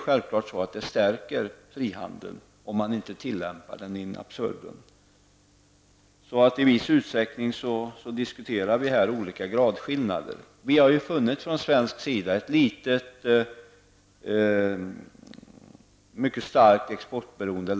Självfallet stärker det frihandeln att man inte tillämpar den in absurdum. I viss utsträckning diskuterar vi olika gradskillnader. Sverige är ett litet land som är mycket starkt exportberoende.